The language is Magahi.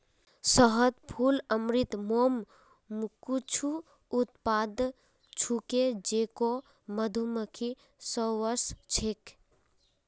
शहद, फूल अमृत, मोम कुछू उत्पाद छूके जेको मधुमक्खि स व स छेक